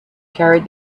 carried